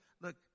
Look